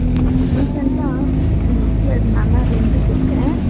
ரீசன்ட்டாக உங்கள் வீட்டில் நாந்தான் ரென்ட்டுக்கு இருக்கேன்